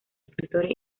escritores